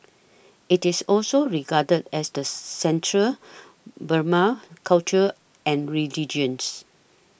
it is also regarded as the centre Burmese culture and religions